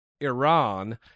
iran